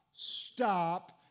stop